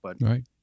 Right